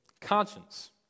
conscience